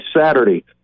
Saturday